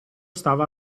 stava